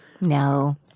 no